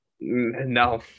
no